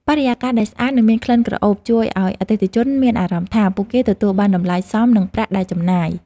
បរិយាកាសដែលស្អាតនិងមានក្លិនក្រអូបជួយឱ្យអតិថិជនមានអារម្មណ៍ថា ពួកគេទទួលបានតម្លៃសមនឹងប្រាក់ដែលចំណាយ។